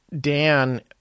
Dan